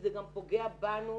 זה גם פוגע בנו